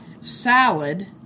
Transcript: salad